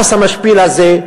היחס המשפיל הזה,